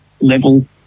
level